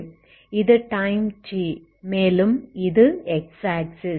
இது time t மேலும் இது x ஆக்ஸிஸ்